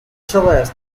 cellist